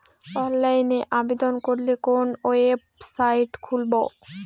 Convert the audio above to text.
অনলাইনে আবেদন করলে কোন ওয়েবসাইট খুলব?